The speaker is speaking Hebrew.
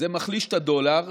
זה מחליש את הדולר.